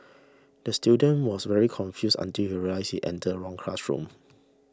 the student was very confused until he realised he entered the wrong classroom